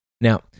Now